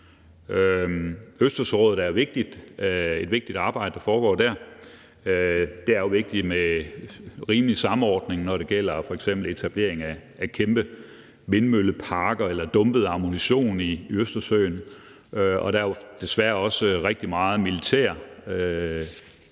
Det er et vigtigt arbejde, der foregår i Østersørådet. Det er jo vigtigt med rimelig samordning, når det f.eks. gælder etablering af kæmpe vindmølleparker eller dumpet ammunition i Østersøen. Og der er jo desværre også rigtig meget militær i